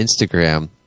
instagram